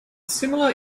similar